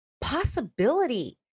possibility